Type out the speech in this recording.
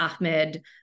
Ahmed